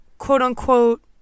quote-unquote